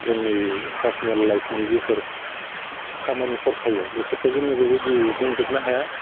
जोंनि पार्सनेल लाइफनि जिफोर खामानिफोर थायो बेफोरखौ जोङो बेबायदियै बुंजोबनो हाया